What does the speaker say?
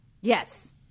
Yes